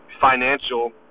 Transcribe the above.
financial